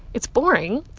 it's boring.